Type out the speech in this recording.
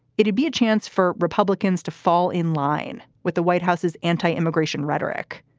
it be a chance for republicans to fall in line with the white house's anti-immigration rhetoric.